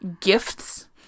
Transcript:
gifts